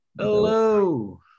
Hello